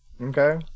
okay